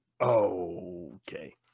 Okay